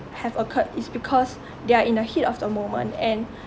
have occurred is because they are in the heat of the moment and